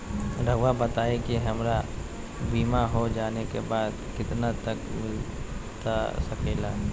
रहुआ बताइए कि हमारा बीमा हो जाने के बाद कितना तक मिलता सके ला?